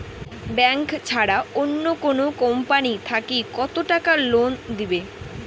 Bank ছাড়া অন্য কোনো কোম্পানি থাকি কত টাকা লোন দিবে?